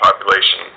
population